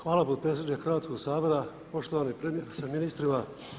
Hvala potpredsjedniče Hrvatskoga sabora, poštovani premijeru sa ministrima.